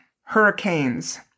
hurricanes